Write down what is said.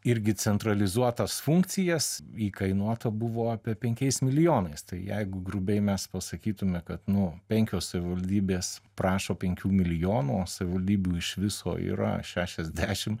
irgi centralizuotas funkcijas įkainuota buvo apie penkiais milijonais tai jeigu grubiai mes pasakytume kad nu penkios savivaldybės prašo penkių milijonų savivaldybių iš viso yra šešiasdešim